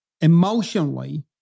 emotionally